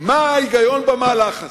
מה ההיגיון במהלך הזה.